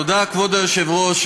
תודה, כבוד היושב-ראש.